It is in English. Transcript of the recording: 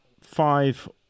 five